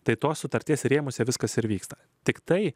tai tos sutarties rėmuose viskas ir vyksta tiktai